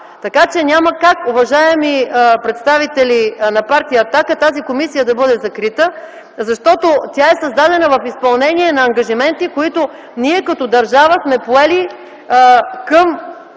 Така че няма как, уважаеми представители на партия „Атака”, тази комисия да бъде закрита, защото тя е създадена в изпълнение на ангажименти, които ние като държава сме поели към